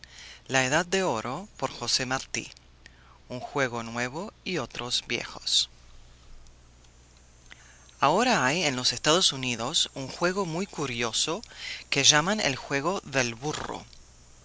la cólera de aquiles un juego nuevo y otros viejos ahora hay en los estados unidos un juego muy curioso que llaman el juego del burro